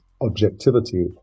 objectivity